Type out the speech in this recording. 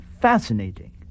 Fascinating